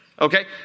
Okay